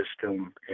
system